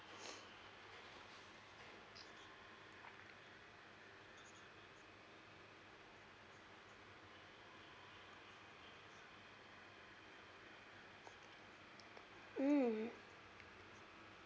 mm